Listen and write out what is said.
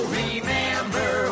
remember